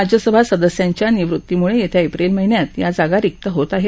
राज्यसभा सदस्यांच्या निवृतीमुळे येत्या एप्रिल महिन्यात या जागा रिक्त होत आहेत